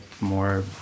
more